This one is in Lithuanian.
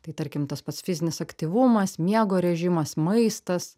tai tarkim tas pats fizinis aktyvumas miego režimas maistas